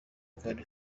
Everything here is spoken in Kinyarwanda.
kandi